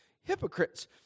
hypocrites